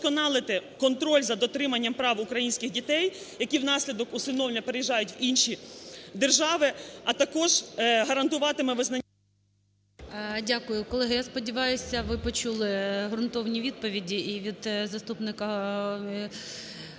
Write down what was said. Дякую. Колеги, я сподіваюся, ви почули ґрунтовні відповіді, і від заступника